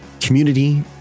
community